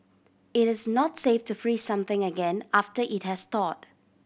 it is not safe to freeze something again after it has thawed